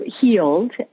healed